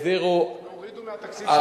העבירו, הורידו מהתקציב שלך?